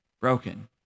broken